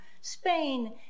Spain